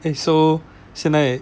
eh so 现在